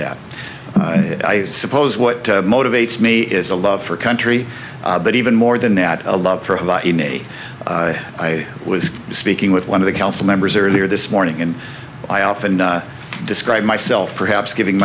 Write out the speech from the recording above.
that i suppose what motivates me is a love for country but even more than that a love provided a i was speaking with one of the council members earlier this morning and i often describe myself perhaps giving